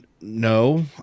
no